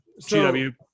GW